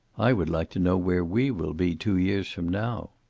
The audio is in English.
i would like to know where we will be two years from now.